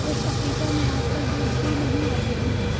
कुछ पपीतों में आजकल बीज भी नहीं आते हैं